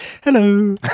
hello